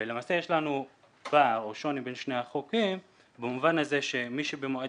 ולמעשה יש לנו פער או שוני בין שני החוקים במובן הזה שמי שבמועד